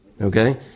Okay